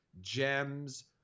gems